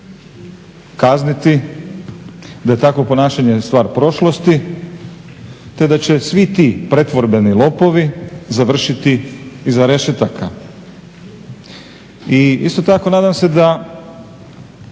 kazniti, da je takvo ponašanje stvar prošlosti te da će svi ti pretvorbeni lopovi završiti iza rešetaka. I isto tako nadam se da